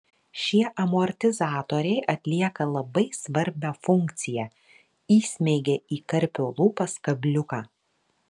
šie amortizatoriai atlieka labai svarbią funkciją įsmeigia į karpio lūpas kabliuką